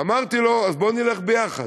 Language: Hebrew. אמרתי לו: אז בוא נלך ביחד,